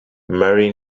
marry